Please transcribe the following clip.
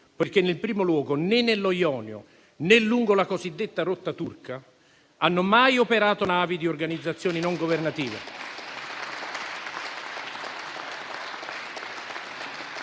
Cutro, in primo luogo perché né nello Ionio, né lungo la cosiddetta rotta turca hanno mai operato navi di organizzazioni non governative